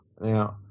Now